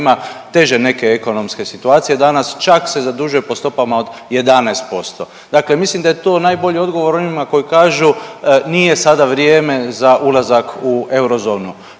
teže neke ekonomske situacije danas čak se zadužuje po stopama od 11%. Dakle, mislim da je to najbolji odgovor onima koji kažu nije sada vrijeme za ulazak u eurozonu.